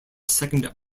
second